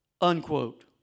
unquote